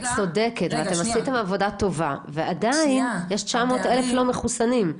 את צודקת אתם עשיתם עבודה טובה ועדיין יש 900 אלף לא מחוסנים.